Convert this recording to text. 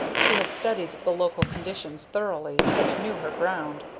she had studied the local conditions thoroughly, and knew her ground.